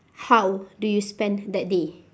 how do you spend that day